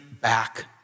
back